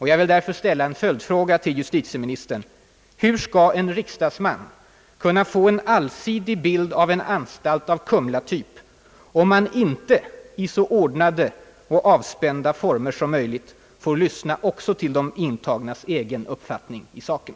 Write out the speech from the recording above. Jag vill därför ställa en följdfråga till justitieministern: Hur skall en riksdagsman kunna få en allsidig bild av en anstalt av kumlatyp, om han inte i så ordnade och avspända former som möjligt får lyssna också till de intagnas egen uppfattning i saken?